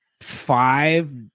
five